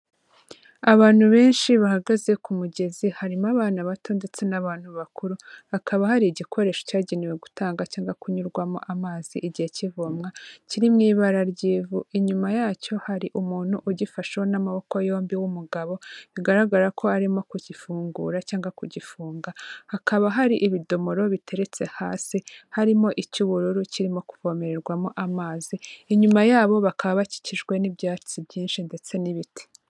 Abantu benshi bahagaze ku mugezi harimo abana bato ndetse n'abantu bakuru, hakaba hari igikoresho cyagenewe gutanga cyangwa kunyurwamo amazi igihe cy'ivomwa, kiri mu ibara ry'ivu, inyuma yacyo hari umuntu ugifasheho n'amaboko yombi w'umugabo bigaragara ko arimo kugifungura cyangwa kugifunga, hakaba hari ibidomoro biteretse hasi harimo icy'ubururu kirimo kuvomererwamo amazi, inyuma yabo bakaba bakikijwe n'ibyatsi byinshi ndetse n'ibiti.